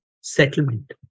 settlement